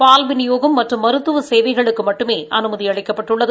பால் விநியோகம் மற்றும் மருத்துவ சேவைகளுக்கு மட்டுமே அனுமதி அளிக்கப்பட்டுள்ளது